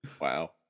Wow